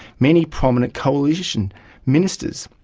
many prominent coalition ministers,